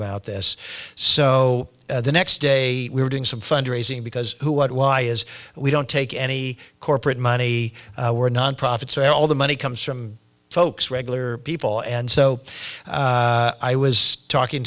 about this so the next day we were doing some fundraising because who what why is we don't take any corporate money we're nonprofits are all the money comes from folks regular people and so i was talking